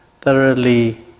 thoroughly